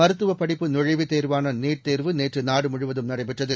மருத்துவபடிப்பு நுழைவுத்தேர்வக்கானநீட் தேர்வு நேற்றுநாடுமுழுவதும் நடைபெற்றது